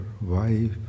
wife